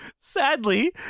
sadly